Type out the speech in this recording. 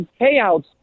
payouts